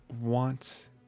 want